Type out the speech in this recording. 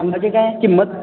म्हणजे काय किंमत